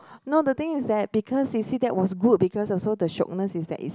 no the thing is that because you see that was good because also the shiokness is that it's